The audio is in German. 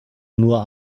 nur